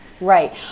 right